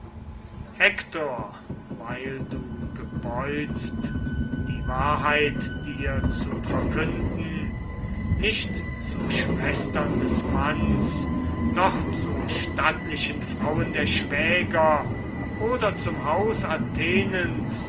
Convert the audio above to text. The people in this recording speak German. hektor weil du gebeutst die wahrheit dir zu verkünden nicht zu schwestern des manns noch zu stattlichen frauen der schwäger oder zum